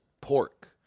pork